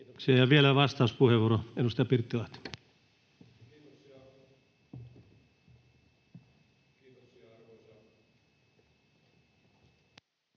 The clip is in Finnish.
Ja vielä vastauspuheenvuoro, edustaja Pirttilahti. Kiitoksia,